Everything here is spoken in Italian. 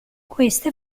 queste